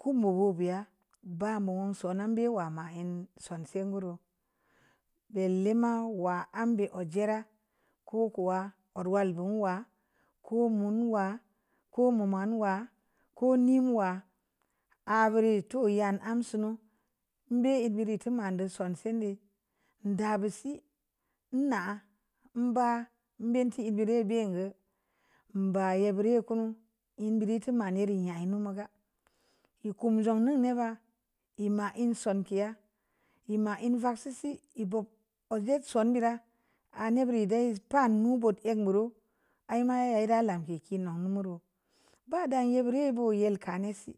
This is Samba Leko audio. Kōō mōō biə ba mun so nan bē wa ma en sonsē gəreu bēllē ma wa mbē o jerə ko kuwa or wal bun wa ko mun wa ko mu man wa ko nii wa āā birēu to yan am sunu mbē mbiri tōman dō son sē dii dāu si nna'a əm ba benn te ē birē bē. ba bireu kunu en biiri tuma nē reu ya mun mō ga ē kon jōun nu bē ba ē ma en sol ke'a ə ma in vaksiisi ē bob el sun biira ə nē bieu dē pa nu butē ən guureu i' raida lamkē kinno mureu ba damu gbēri bu yel kani si